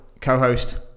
co-host